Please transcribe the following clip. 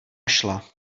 šla